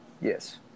Yes